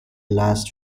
last